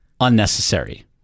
unnecessary